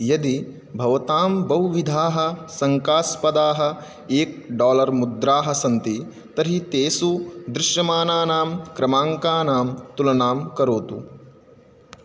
यदि भवतां बहुविधाः शङ्कास्पदाः एक डालर् मुद्राः सन्ति तर्हि तेषु दृश्यमानानां क्रमाङ्कानां तुलनां करोतु